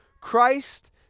Christ